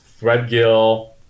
Threadgill